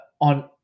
on